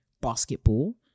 basketball